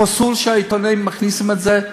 פסול שהעיתונאים מכניסים את זה,